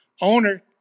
owner